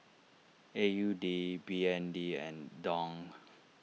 A U D B N D and Dong